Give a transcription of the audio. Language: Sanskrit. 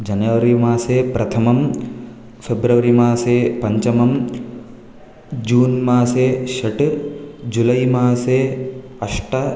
जनवरि मासे प्रथमं फ़ेब्रवरि मासे पञ्चमं जून् मासे षट् जुलै मासे अष्ट